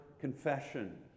confession